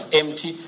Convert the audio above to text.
empty